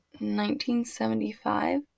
1975